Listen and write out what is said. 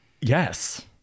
Yes